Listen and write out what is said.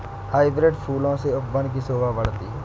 hybrid फूलों से उपवन की शोभा बढ़ती है